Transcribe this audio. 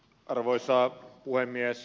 arvoisa puhemies